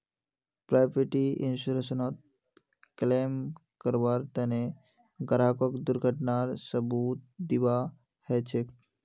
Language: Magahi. प्रॉपर्टी इन्शुरन्सत क्लेम करबार तने ग्राहकक दुर्घटनार सबूत दीबा ह छेक